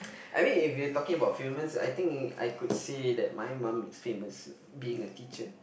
I mean if you're talking about famous I think it I could say that my mum is famous being a teacher